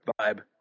vibe